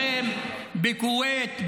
בחמאס.